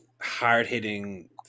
hard-hitting